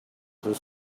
his